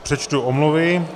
Přečtu omluvy.